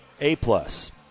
A-plus